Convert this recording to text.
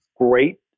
great